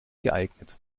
geeignet